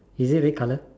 is it red color